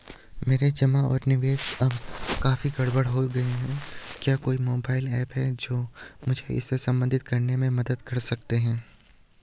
मेरे जमा और निवेश अब काफी गड़बड़ हो गए हैं क्या कोई मोबाइल ऐप है जो मुझे इसे प्रबंधित करने में मदद कर सकती है?